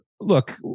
look